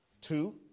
Two